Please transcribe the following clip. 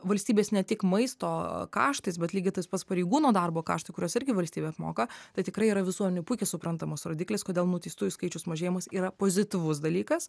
valstybės ne tik maisto kaštais bet lygiai tais pats pareigūno darbo kaštai kuriuos irgi valstybė apmoka tai tikrai yra visuomene puikiai suprantamas rodiklis kodėl nuteistųjų skaičiaus mažėjimas yra pozityvus dalykas